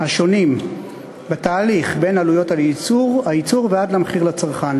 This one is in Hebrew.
השונים בתהליך בין עלויות הייצור ועד למחיר לצרכן.